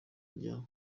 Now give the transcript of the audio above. rya